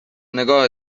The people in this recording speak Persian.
نگاه